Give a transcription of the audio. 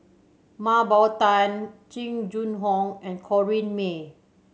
Mah Bow Tan Jing Jun Hong and Corrinne May